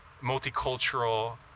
multicultural